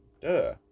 Duh